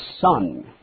Son